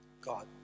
God